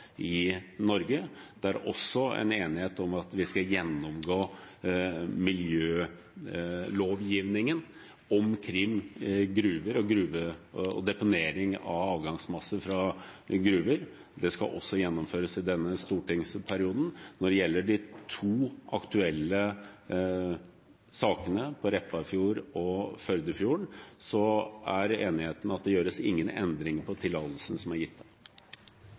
i Norge. Det er også en enighet om at vi skal gjennomgå miljølovgivningen omkring gruver og deponering av avgangsmasse fra gruver. Det skal også gjennomføres i denne stortingsperioden. Når det gjelder de to aktuelle sakene med Repparfjorden og Førdefjorden, er enigheten at det gjøres ingen endring på tillatelsen som er gitt